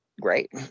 great